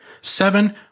Seven